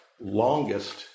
longest